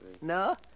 No